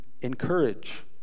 encourage